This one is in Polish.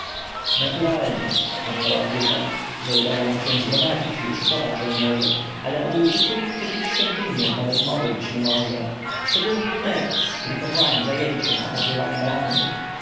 naturalnie odparł adjutant że udało się nam zgromadzić i uszykować żołnierzy ale o użyciu ich przeciw świątyniom nawet mowy być nie może szczególniej teraz gdy kapłani zajęli się opatrywaniem rannych